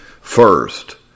First